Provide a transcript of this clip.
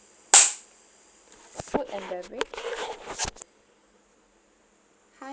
food and beverage hi